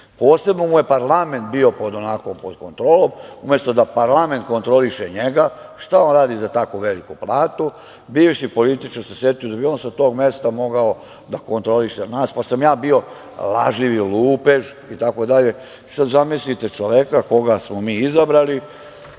Posebno mu je parlament bio onako pod kontrolom. Umesto da parlament kontroliše njega, šta on radi za tako veliku platu, bivši političar se setio da bi on sa tog mesta mogao da kontroliše nas, pa sam ja bio lažljivi lupež itd. Sad, zamislite čoveka koga smo mi izabrali,